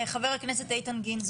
חבר הכנסת איתן גינזבורג.